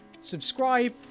subscribe